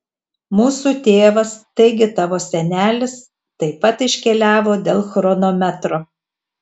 mūsų tėvas taigi tavo senelis taip pat iškeliavo dėl chronometro